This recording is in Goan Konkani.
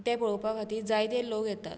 ते पळोवपा खातीर जायते लोक येतात